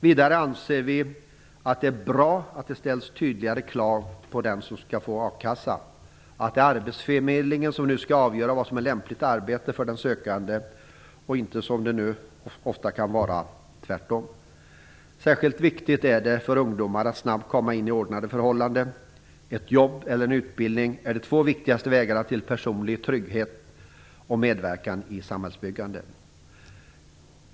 Vidare anser vi att det är bra att det ställs tydligare krav på den som skall få a-kassa och att det är arbetsförmedlingen som skall avgöra vad som är lämpligt arbete för den sökande och inte tvärtom, som det nu ofta kan vara. Särskilt viktigt är det för ungdomar att snabbt komma in i ordnade förhållanden. Ett jobb eller en utbildning är de två viktigaste vägarna till personlig trygghet och medverkan i samhällsbyggandet.